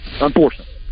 Unfortunately